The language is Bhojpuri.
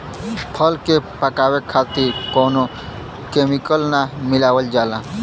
फल के पकावे खातिर कउनो केमिकल ना मिलावल जाला